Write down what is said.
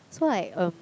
so like um